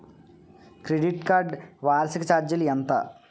Credit card వార్షిక ఛార్జీలు ఎంత?